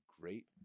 great